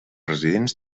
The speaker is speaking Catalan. residents